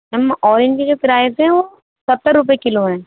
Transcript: میم orange کے prices ہیں وہ ستر روپیے کلو ہیں